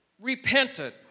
repented